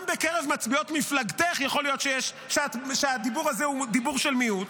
גם בקרב מצביעות מפלגתך יכול להיות שהדיבור הזה הוא דיבור של מיעוט,